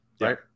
Right